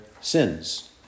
sins